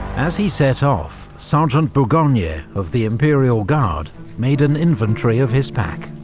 as he set off, sergeant bourgogne yeah of the imperial guard made an inventory of his pack.